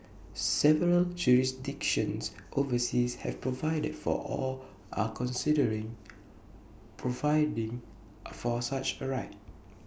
several jurisdictions overseas have provided for or are considering providing for such A right